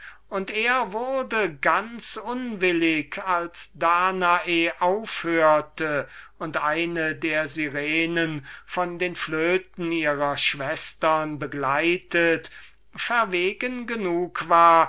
und er wurde ganz unwillig als danae auf einmal aufhörte und eine der sirenen von den flöten ihrer schwestern begleitet kühn genug war